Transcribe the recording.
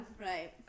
Right